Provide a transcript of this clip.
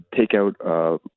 takeout